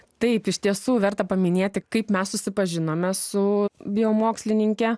taip iš tiesų verta paminėti kaip mes susipažinome su biomokslininke